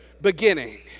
beginning